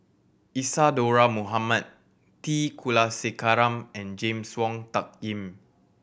Isadhora Mohamed T Kulasekaram and James Wong Tuck Yim